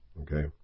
Okay